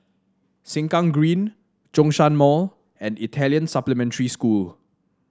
Sengkang Green Zhongshan Mall and Italian Supplementary School